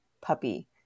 puppy